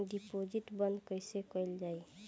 Deposit बंद कैसे कैल जाइ?